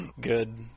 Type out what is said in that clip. good